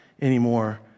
anymore